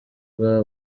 bwa